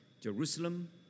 Jerusalem